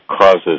causes